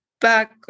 back